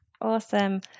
Awesome